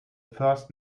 first